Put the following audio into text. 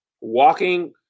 Walking